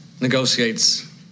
negotiates